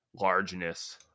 largeness